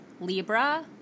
Libra